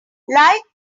light